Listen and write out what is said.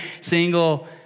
single